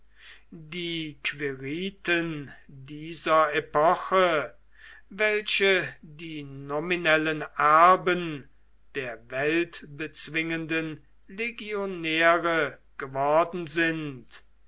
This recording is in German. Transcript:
die quiriten dieser epoche welche die nominellen erben der weltbezwingenden legionäre geworden sind